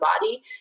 body